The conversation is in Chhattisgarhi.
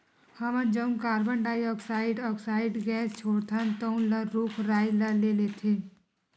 हमन जउन कारबन डाईऑक्साइड ऑक्साइड गैस छोड़थन तउन ल रूख राई ह ले लेथे